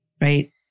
right